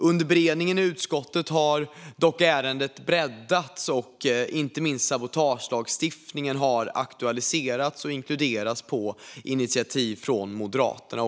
Under beredningen i utskottet har dock ärendet breddats och inte minst sabotagelagstiftningen har aktualiserats och inkluderats på initiativ av Moderaterna.